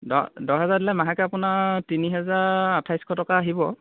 দহ দহ হেজাৰ দিলে মাহেকত আপোনাৰ তিনি হেজাৰ আঠাইছশ টকা আহিব